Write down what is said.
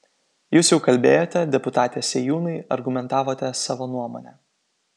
jūs jau kalbėjote deputate sėjūnai argumentavote savo nuomonę